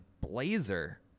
Blazer